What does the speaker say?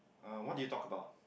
uh what did you talk about